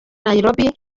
nairobi